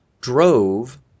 drove